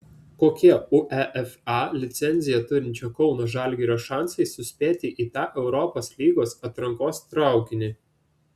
kokie uefa licenciją turinčio kauno žalgirio šansai suspėti į tą europos lygos atrankos traukinį